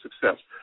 success